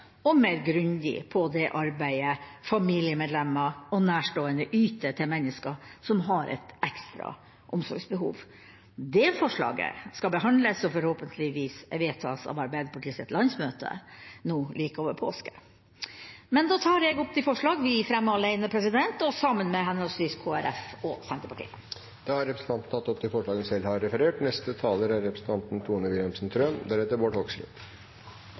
og mer grundig på det arbeidet familiemedlemmer og nærstående yter til mennesker som har et ekstra omsorgsbehov. Det forslaget skal behandles og forhåpentligvis vedtas av Arbeiderpartiets landsmøte like over påske. Jeg tar opp de forslag vi fremmer alene og sammen med henholdsvis Kristelig Folkeparti og Senterpartiet. Representanten Tove Karoline Knutsen har tatt opp de forslagene hun